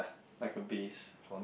like a bass